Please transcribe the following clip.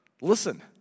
Listen